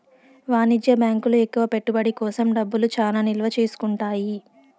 వాణిజ్య బ్యాంకులు ఎక్కువ పెట్టుబడి కోసం డబ్బులు చానా నిల్వ చేసుకుంటాయి